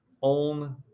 on